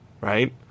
right